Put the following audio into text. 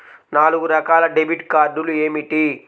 నాలుగు రకాల డెబిట్ కార్డులు ఏమిటి?